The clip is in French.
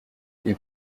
ils